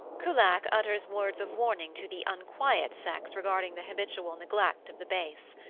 kullak utters words of warning to the unquiet sex regarding the habitual neglect of the bass.